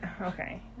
okay